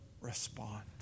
respond